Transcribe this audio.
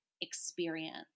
experience